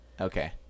okay